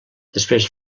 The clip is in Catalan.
després